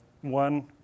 one